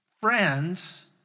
friends